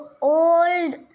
old